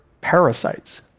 parasites